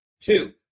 Two